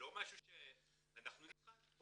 אנחנו נבחן.